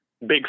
big